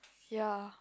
ya